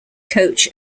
coach